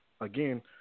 again